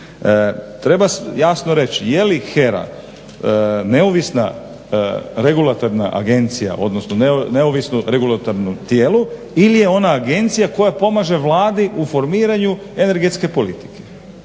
Treba jasno reći je li HERA neovisna regulatorna agencija, odnosno neovisno regulatorno tijelo ili je ona agencija koja pomaže Vladi u formiranju energetske politike.